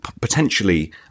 potentially